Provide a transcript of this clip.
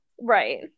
Right